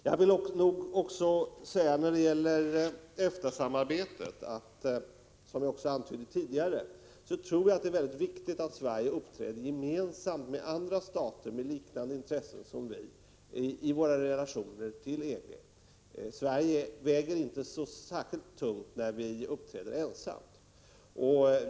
Jag vill också säga när det gäller EFTA-samarbetet att det är väldigt viktigt, vilket också antytts tidigare, att Sverige i våra relationer till EG uppträder gemensamt med andra stater som har liknande intressen som vi. Sverige väger inte särskilt tungt när det uppträder ensamt.